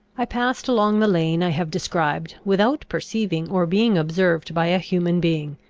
i passed along the lane i have described, without perceiving or being observed by a human being.